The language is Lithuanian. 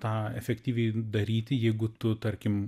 tą efektyviai daryti jeigu tu tarkim